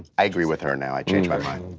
i agree with her now, i change my mind.